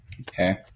Okay